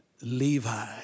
Levi